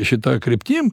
šita kryptim